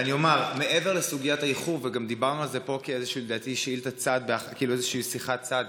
מעבר לסוגית האיחור וגם דיברנו על זה פה באיזושהי שיחת צד,